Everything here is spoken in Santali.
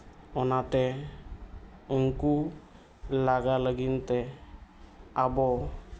ᱚᱱᱟᱛᱮ ᱩᱱᱠᱩ ᱞᱟᱜᱟ ᱞᱟᱹᱜᱤᱫ ᱛᱮ ᱟᱵᱚ